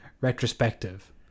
retrospective